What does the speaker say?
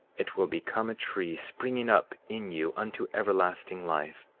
it will become a tree, springing up in you unto everlasting life.